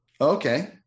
Okay